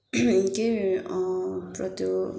के प्रति ओ